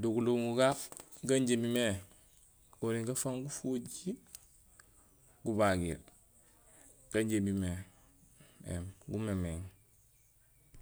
do gulobuum ga gan injé imimé, goniye gafangufoji gubagiir gan injé imimé éém gumeemééŋ éém.